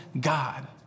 God